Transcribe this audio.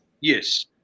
Yes